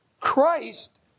Christ